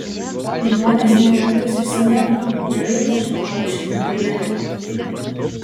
žmonės ne juokais išsigando gerai pažinojo šitą prielipą